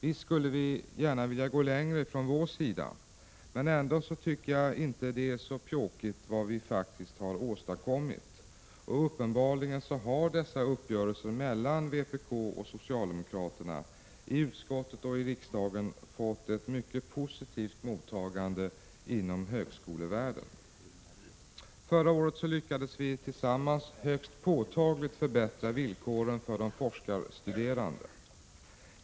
Visst skulle vi gärna vilja gå längre från vår sida, men ändå tycker jag inte att det som vi faktiskt har åstadkommit är så pjåkigt. Uppenbarligen har dessa uppgörelser mellan vpk och socialdemokraterna i utskottet och i riksdagen fått ett mycket positivt mottagande inom högskolevärlden. Förra året lyckades vi tillsammans högst påtagligt förbättra villkoren för de forskarstuderande.